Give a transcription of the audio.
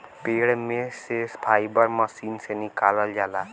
पेड़ में से फाइबर मशीन से निकालल जाला